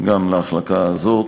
גם להחלטה הזו.